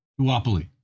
duopoly